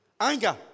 Anger